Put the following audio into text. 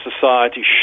society